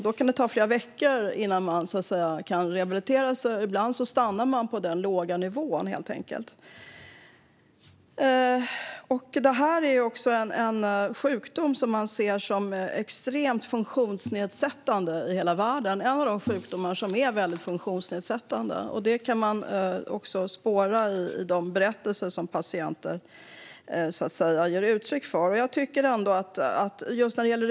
Då kan det ta flera veckor innan man blir rehabiliterad, och ibland stannar man på den låga nivån, helt enkelt. Det här är en sjukdom som ses som extremt funktionsnedsättande i hela världen. Det är en av de sjukdomar som är väldigt funktionsnedsättande, och det kan man också spåra i det som patienter ger uttryck för i sina berättelser.